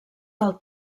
del